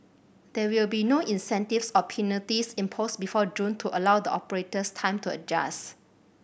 there will be no incentives or penalties imposed before June to allow the operators time to adjust